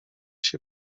się